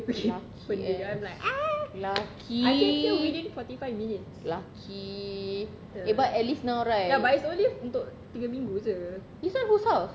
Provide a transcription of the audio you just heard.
luck ass lucky lucky but at least now right this one's whose house